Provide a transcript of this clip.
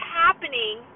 happening